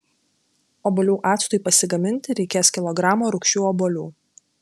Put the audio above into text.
obuolių actui pasigaminti reikės kilogramo rūgščių obuolių